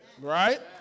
Right